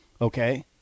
Okay